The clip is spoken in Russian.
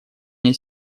мне